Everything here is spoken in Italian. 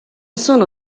sono